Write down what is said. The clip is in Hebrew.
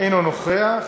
אינו נוכח.